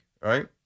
right